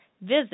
Visit